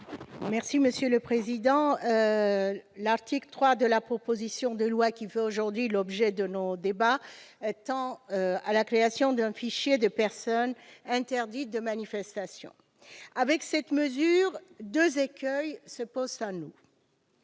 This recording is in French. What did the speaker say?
n° 11 rectifié. L'article 3 de la proposition de loi faisant, aujourd'hui, l'objet de nos débats tend à la création d'un fichier de personnes interdites de manifestation. Avec cette mesure, deux écueils se présentent à nous.